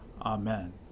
Amen